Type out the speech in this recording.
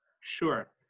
sure